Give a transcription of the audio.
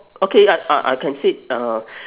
okay I I I can say uh